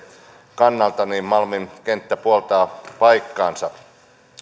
kannalta malmin kenttä puoltaa paikkaansa